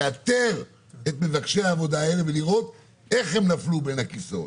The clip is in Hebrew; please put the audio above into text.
לאתר את מבקשי העבודה האלה ולראות איך הם נפלו בין הכיסאות.